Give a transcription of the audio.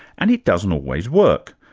and it doesn't always work.